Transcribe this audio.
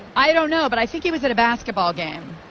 i i don't know, but i think he was at a basketball game.